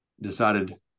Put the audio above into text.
decided